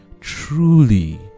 truly